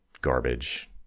garbage